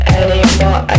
anymore